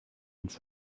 ins